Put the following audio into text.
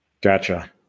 Gotcha